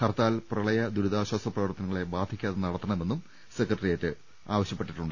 ഹർത്താൽ പ്രളയ് ദുരിതാശ്ചാസ പ്രവർത്തന ങ്ങളെ ബാധിക്കാതെ നടത്തണമെന്നും സെക്രട്ടറിയേറ്റ് നിർദ്ദേ ശിച്ചു